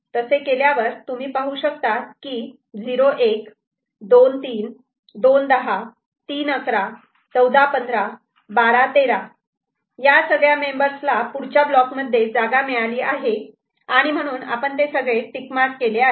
तसे केल्यावर तुम्ही पाहू शकतात की 0 1 2 3 2 10 3 11 14 15 12 13 या सगळ्या मेम्बर्स ला पुढच्या ब्लॉक मध्ये जागा मिळाली आहे आणि म्हणून आपण ते सगळे टिक मार्क केले आहेत